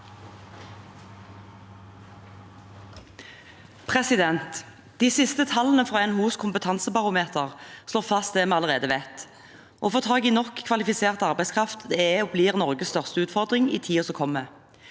De siste tallene fra NHOs kompetansebarometer slår fast det vi allerede vet: Å få tak i nok kvalifisert arbeidskraft er og blir Norges største utfordring i tiden som kommer.